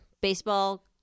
baseball